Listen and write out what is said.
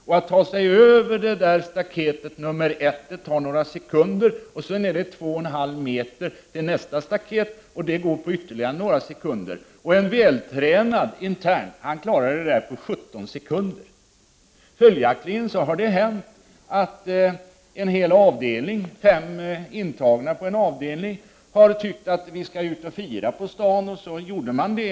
Och att ta sig över staket nr 1 tar några sekunder, och sedan är det 2,5 m till nästa staket. En vältränad intern klarar det där på 17 sekunder. Följaktligen har det hänt att en hel avdelning, bestående av fem intagna, har tyckt att man skulle gå på stan och fira, och en natt gjorde man det.